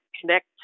connect